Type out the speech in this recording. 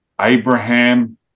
Abraham